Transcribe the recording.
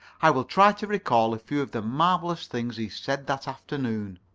i will try to recall a few of the marvellous things he said that afternoon.